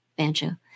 banjo